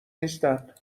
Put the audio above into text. نیستن